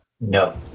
No